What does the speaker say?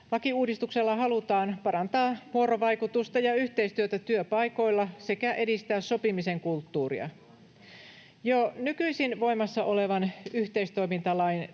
Lakiuudistuksella halutaan parantaa vuorovaikutusta ja yhteistyötä työpaikoilla sekä edistää sopimisen kulttuuria. Jo nykyisin voimassa olevan yhteistoimintalain